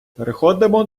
переходимо